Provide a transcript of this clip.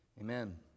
Amen